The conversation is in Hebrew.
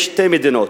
יש שתי מדינות.